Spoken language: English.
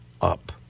up